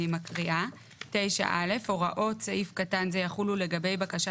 אני מקריאה: (9א) "הוראות סעיף קטן זה יחולו לגבי בקשה